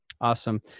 Awesome